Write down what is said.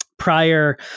Prior